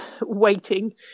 waiting